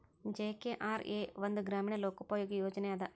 GKRA ಒಂದ ಗ್ರಾಮೇಣ ಲೋಕೋಪಯೋಗಿ ಯೋಜನೆ ಅದ